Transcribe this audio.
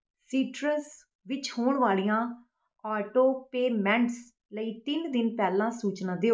ਸੀਟਰਸ ਵਿੱਚ ਹੋਣ ਵਾਲੀਆਂ ਆਟੋ ਪੇਮੈਂਟਸ ਲਈ ਤਿੰਨ ਦਿਨ ਪਹਿਲਾਂ ਸੂਚਨਾ ਦਿਓ